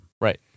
Right